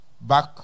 back